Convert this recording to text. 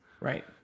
Right